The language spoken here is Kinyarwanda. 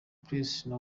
palace